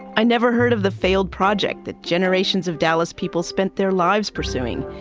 i never heard of the failed project that generations of dallas people spent their lives pursuing,